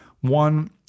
one